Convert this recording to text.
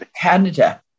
Canada